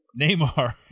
Neymar